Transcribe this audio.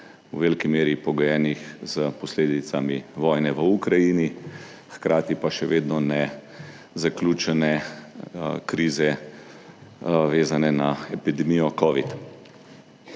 v veliki meri pogojenih s posledicami vojne v Ukrajini, hkrati pa še vedno ne zaključene krize, vezane na epidemijo covid.